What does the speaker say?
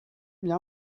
bien